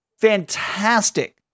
fantastic